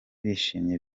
bishimye